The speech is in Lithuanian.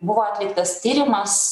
buvo atliktas tyrimas